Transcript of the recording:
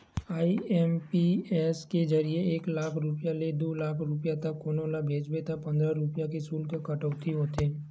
IMPS के जरिए एक लाख रूपिया ले दू लाख रूपिया तक कोनो ल भेजबे त पंद्रह रूपिया के सुल्क कटउती होथे